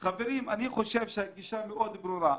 חברים, אני חושב שהגישה מאוד ברורה.